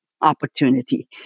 opportunity